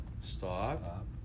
Stop